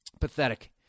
Pathetic